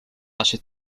achète